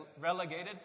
relegated